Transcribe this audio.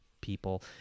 people